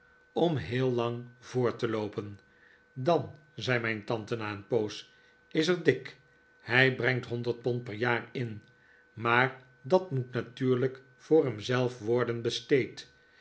om heel lang voort te loopen dan zei mijn tante na een poos is er dick hij brengt honderd pond per jaar in maar dat moet natuurlijk voor hem zelf worden besteed